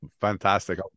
Fantastic